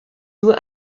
nur